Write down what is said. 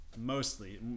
mostly